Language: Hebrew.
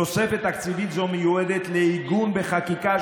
תוספת תקציבית זו מיועדת לעיגון בחקיקה